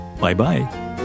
Bye-bye